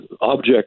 object